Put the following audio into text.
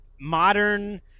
modern